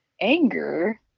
anger